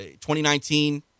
2019